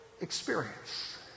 experience